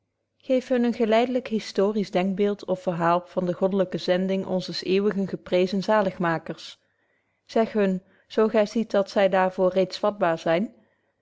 geeft hun een geleidelyk historisch denkbeeld of verhaal van de goddelyke zending onzes eeuwig geprezenen zaligmakers zegt hun zo gy ziet dat zy daar voor reeds vatbaar zyn